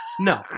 No